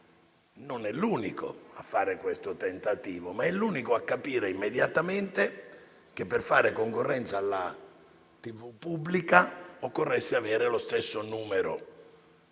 Non è l'unico a fare questo tentativo, ma è l'unico a capire immediatamente che per fare concorrenza alla TV pubblica occorre avere lo stesso numero